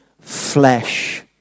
flesh